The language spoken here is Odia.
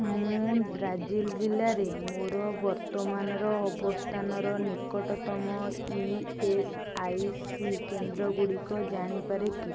ମୁଁ ଦାର୍ଜିଲିଂ ଜିଲ୍ଲାରେ ମୋର ବର୍ତ୍ତମାନର ଅବସ୍ଥାନର ନିକଟତମ ଇ ଏସ୍ ଆଇ ସି କେନ୍ଦ୍ର ଗୁଡ଼ିକ ଜାଣିପାରେ କି